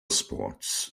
sports